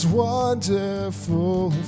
wonderful